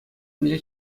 мӗнле